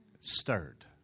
stirred